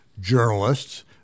journalists